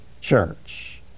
Church